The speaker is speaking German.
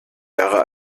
jahre